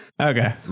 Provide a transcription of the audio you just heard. Okay